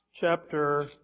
chapter